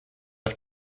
auf